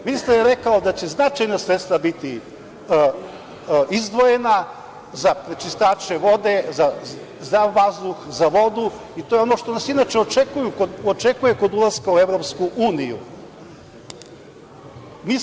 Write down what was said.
Ministar je rekao da će značajna sredstva biti izdvojena za prečistače vode, za zdrav vazduh, za vodu i to je ono što nas inače očekuje prilikom ulaska u Evropsku uniju.